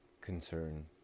concern